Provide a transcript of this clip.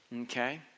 Okay